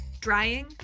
drying